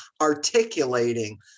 articulating